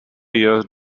years